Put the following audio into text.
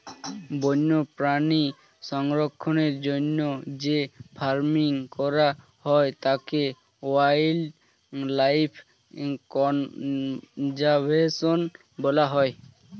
বন্যপ্রাণী সংরক্ষণের জন্য যে ফার্মিং করা হয় তাকে ওয়াইল্ড লাইফ কনজার্ভেশন বলা হয়